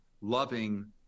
loving